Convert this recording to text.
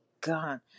God